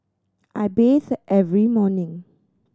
I bathe every morning